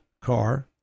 car